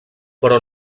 però